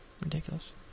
Ridiculous